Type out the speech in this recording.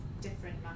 different